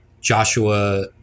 Joshua